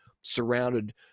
surrounded